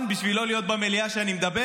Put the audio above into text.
בשביל לא להיות במליאה כשאני מדבר,